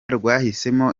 rwahisemo